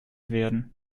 werden